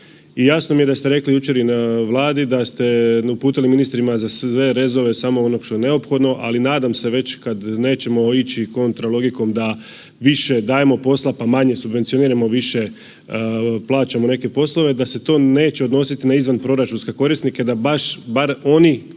i jasno mi da ste jučer rekli i na Vladi i da ste uputili ministrima za sve rezove samo ono što je neophodno, ali nadam se već kada nećemo ići kontra logikom da više dajemo posla pa manje subvencioniramo, više plaćamo neke poslove da se to neće odnositi na izvanproračunske korisnike da baš bar oni